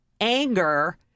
anger